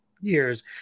years